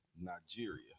Nigeria